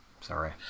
Sorry